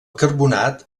carbonat